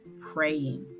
praying